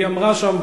היא אמרה שם,